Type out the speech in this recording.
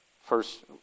First